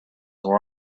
were